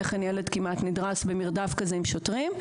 כן ילד כמעט נדרס במרדף כזה עם שוטרים.